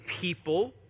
people